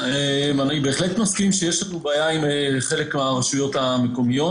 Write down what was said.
אני בהחלט מסכים שיש לנו בעיה עם חלק מהרשויות המקומיות.